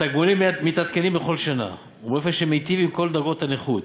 התגמולים מתעדכנים בכל שנה באופן שמיטיב עם כל דרגות הנכות.